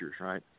right